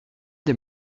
des